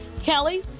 Kelly